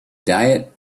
diet